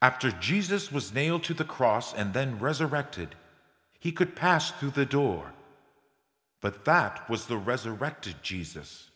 after jesus was nailed to the cross and then resurrected he could pass through the door but that was the resurrected jesus